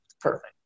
perfect